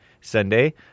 Sunday